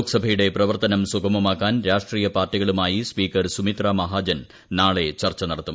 ലോകസഭയുടെ പ്രവർത്തനം സുഗമമാക്കാൻ രാഷ്ട്രീയ പാർട്ടികളുമായി സ്പീക്കർ സുമിത്രമഹാജൻ നാളെ ചർച്ച നടത്തും